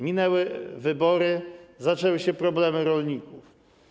Minęły wybory, zaczęły się problemy rolników.